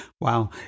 Wow